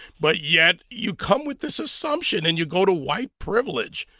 but yet you come with this assumption and you go to white privilege.